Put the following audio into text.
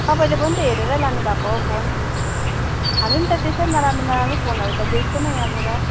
तपाईँले पनि त हेरेरै लानुभएको हो फोन हामी पनि त त्यसै नराम्रो नराम्रो फोनहरू त बेच्दैनौ यहाँबाट